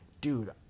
Dude